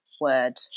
word